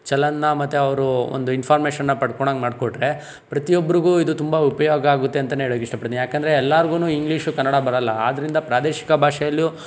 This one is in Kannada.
ಚಲನನ್ನ ಮತ್ತೆ ಅವರು ಒಂದು ಇನ್ಫಾರ್ಮೇಶನನ್ನ ಪಡ್ಕೋಳಂಗ್ ಮಾಡ್ಕೊಟ್ರೆ ಪ್ರತಿಯೊಬ್ರಿಗು ಇದು ತುಂಬ ಉಪಯೋಗ ಆಗುತ್ತೆ ಅಂತಾನೆ ಹೇಳಕ್ಕೆ ಇಷ್ಟಪಡ್ತೀನಿ ಯಾಕಂದರೆ ಎಲ್ಲಾರ್ಗು ಇಂಗ್ಲೀಷು ಕನ್ನಡ ಬರಲ್ಲ ಆದ್ದರಿಂದ ಪ್ರಾದೇಶಿಕ ಭಾಷೆಯಲ್ಲಿಯೂ